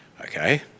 Okay